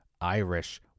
Irish